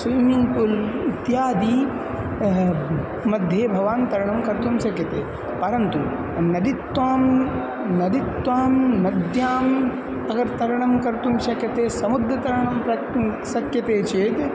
swimming pool इत्यादि मध्ये भवान् तरणं कर्तुं शक्यते परन्तु नदी त्वां नदी त्वां नद्यां अगर् तरणं कर्तुं शक्यते समुद्रतरणं प्र शक्यते चेत्